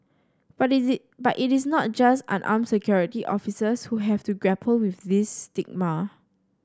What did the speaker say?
but it they but it is not just unarmed security officers who have to grapple with this stigma